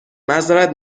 معذرت